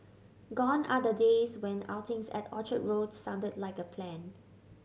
gone are the days when outings at Orchard Road sounded like a plan